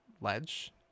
ledge